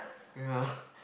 ya